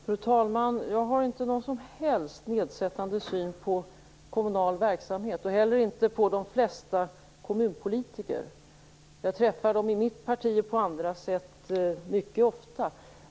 Fru talman! Jag har inte någon som helst nedsättande syn på kommunal verksamhet och inte heller på de flesta kommunpolitiker. Jag träffar ofta kommunpolitiker genom mitt parti och på andra sätt.